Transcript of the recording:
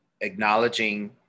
acknowledging